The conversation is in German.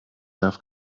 darf